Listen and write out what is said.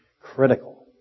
critical